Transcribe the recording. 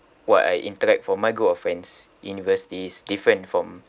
what I interact for my group of friends in university's different from